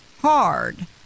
hard